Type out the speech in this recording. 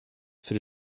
für